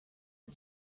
are